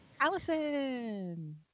Allison